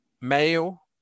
male